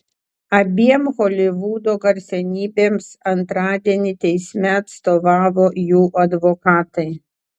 abiem holivudo garsenybėms antradienį teisme atstovavo jų advokatai